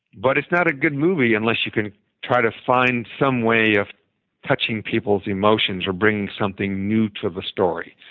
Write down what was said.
but it's not a good movie unless you can try to find some way of touching people's emotions or bringing something new to the story.